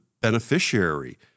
beneficiary